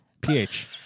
pH